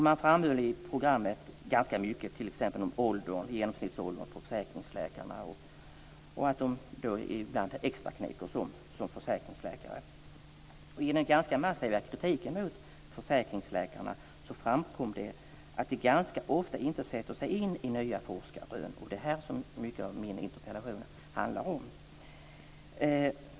Man framhöll i programmet ganska mycket om t.ex. genomsnittsåldern på försäkringsläkarna och att läkare ibland extraknäcker som försäkringsläkare. I den ganska massiva kritiken mot försäkringsläkarna framkom det att det ganska ofta händer att de inte sätter sig in i nya forskarrön, och det är detta som mycket av min interpellation handlar om.